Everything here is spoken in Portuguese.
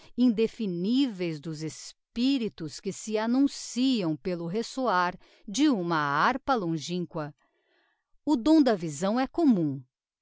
indefiniveis dos espiritos que se annunciam pelo ressoar de uma harpa longinqua o dom da visão é commum